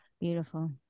beautiful